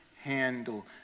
handle